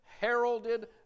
heralded